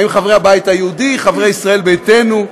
האם חברי הבית היהודי, חברי ישראל ביתנו,